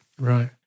Right